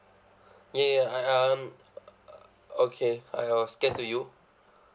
ya ya I um okay I will scan to you